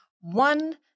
One